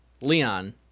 Leon